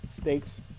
stakes